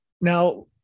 Now